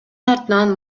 артынан